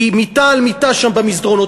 כי מיטה על מיטה שם במסדרונות,